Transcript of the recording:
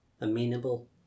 amenable